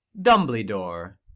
Dumbledore